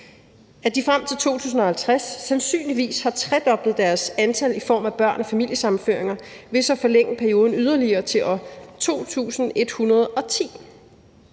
at de frem til 2050 sandsynligvis vil have tredoblet deres antal i form af børn og familiesammenføringer, vil så forlænge perioden yderligere til år 2110.